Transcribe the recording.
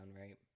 right